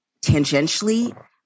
tangentially